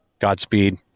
Godspeed